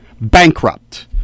bankrupt